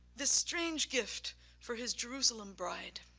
the strange gift for his jerusalem bride.